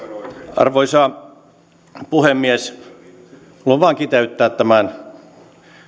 arvoisa puhemies haluan vain kiteyttää tämän